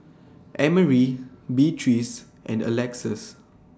Emery Beatriz and Alexus